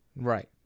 Right